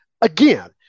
Again